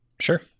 Sure